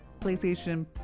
PlayStation